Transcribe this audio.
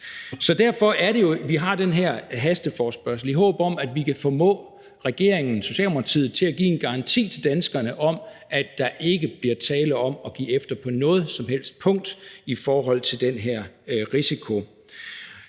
at vi har den her hasteforespørgsel, nemlig i håb om, at vi kan formå regeringen, Socialdemokratiet, til at give en garanti til danskerne om, at der ikke bliver tale om at give efter på noget som helst punkt i forhold til den her risiko.